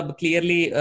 clearly